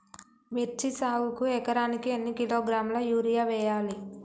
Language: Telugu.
మిర్చి సాగుకు ఎకరానికి ఎన్ని కిలోగ్రాముల యూరియా వేయాలి?